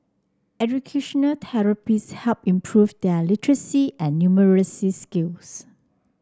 educational therapists helped improve their literacy and numeracy skills